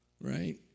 right